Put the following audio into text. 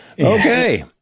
Okay